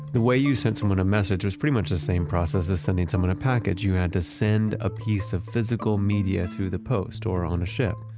the way you send someone a message was pretty much the same process as sending someone a package. you had to send a piece of physical media through the post or on a ship.